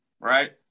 right